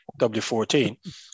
W14